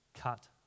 cut